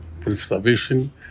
preservation